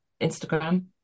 Instagram